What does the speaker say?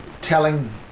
telling